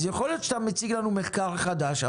אז יכול להיות שאתה מציג לנו מחקר חדש,